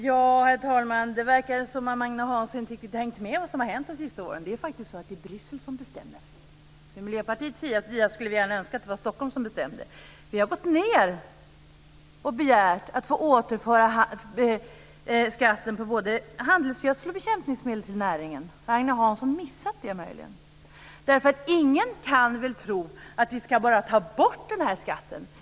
Herr talman! Det verkar som om Agne Hansson inte riktigt har hängt med i vad som har hänt de senaste åren. Det är faktiskt Bryssel som bestämmer. Från Miljöpartiets sida skulle vi gärna se att det var Stockholm som bestämde. Vi har vänt oss till Bryssel och begärt att få återföra skatten på både handelsgödsel och bekämpningsmedel till näringen. Har Agne Hansson möjligen missat det? Ingen kan väl tro att vi bara ska ta bort den här skatten.